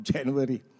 January